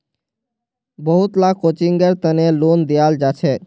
बहुत ला कोचिंगेर तने लोन दियाल जाछेक